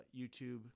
YouTube